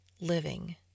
living